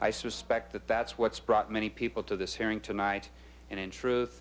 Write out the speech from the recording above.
i suspect that that's what's brought many people to this hearing tonight and in truth